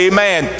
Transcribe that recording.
Amen